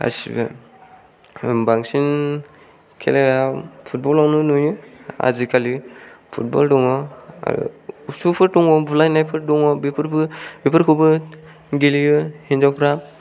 गासिबो ओ बांसिन खेलाया फुटबलावनो नुयो आजिखालि फुटबल दङ आरो उसु फोर दङ बुलायनायफोर दङ बेफोरबो बेफोरखौबो गेलेयो हिनजावफ्रा